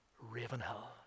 Ravenhill